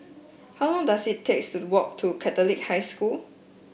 how long does it takes to walk to Catholic High School